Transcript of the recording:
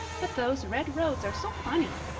but those red roads are so funny.